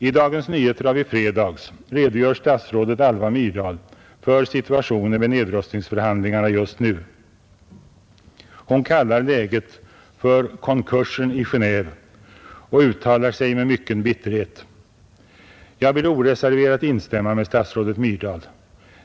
I Dagens Nyheter av i fredags redogör statsrådet Alva Myrdal för situationen vid nedrustningsförhandlingarna just nu. Hon kallar läget för ”konkursen i Genéve” och uttalar sig med mycken bitterhet. Jag vill oreserverat instämma med statsrådet Myrdal.